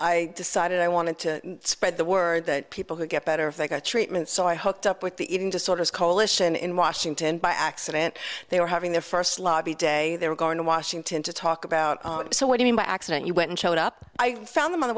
i decided i wanted to spread the word that people who get better if they got treatment so i hooked up with the eating disorders coalition in washington by accident they were having their first lobby day they were going to washington to talk about so what i mean by accident you went and showed up i found them on